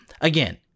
Again